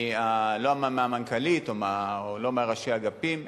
לא מהמנכ"לית ולא מראשי האגפים.